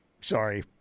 Sorry